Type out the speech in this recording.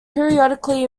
periodically